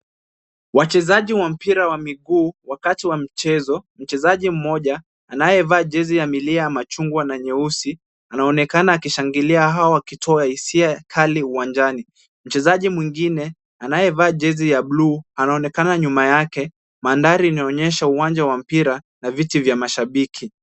Wachezaji wa mpira wa miguu wakati wa michezo. Mchezaji mmoja anayevaa jezi ya milia ya machungwa na nyeusi, anaonekana akishangilia au akitoa hisia kali uwanjani. Mchezaji mwingine anayevaa jezi ya buluu anaonekana nyuma yake. Mandhari inaonyesha uwanja wa mpira na viti vya mashabiki.